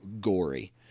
gory